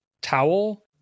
towel